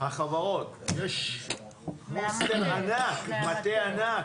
- מטה ענק,